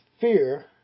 fear